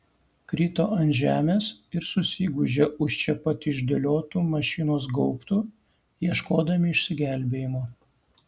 krito ant žemės ir susigūžė už čia pat išdėliotų mašinos gaubtų ieškodami išsigelbėjimo